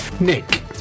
Nick